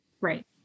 Right